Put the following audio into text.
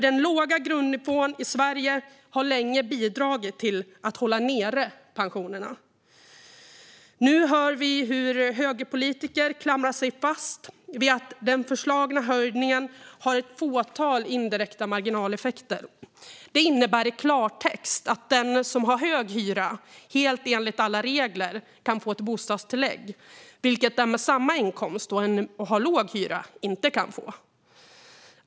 Den låga grundnivån i Sverige har länge bidragit till att hålla nere pensionerna. Nu hör vi hur högerpolitiker klamrar sig fast vid att den föreslagna höjningen har ett fåtal indirekta marginaleffekter. Det innebär i klartext att den som har hög hyra helt enligt alla regler kan få bostadstillägg, vilket den som har samma inkomst och låg hyra inte kan få.